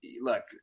look